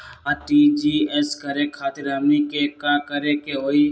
RTGS करे खातीर हमनी के का करे के हो ई?